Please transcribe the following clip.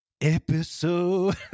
Episode